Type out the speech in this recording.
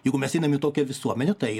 jeigu mes einam į tokią visuomenę tai